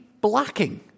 blocking